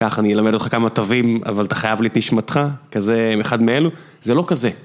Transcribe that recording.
כך אני אלמד אותך כמה תווים אבל אתה חייב לי את נשמתך כזה אחד מאלו? זה לא כזה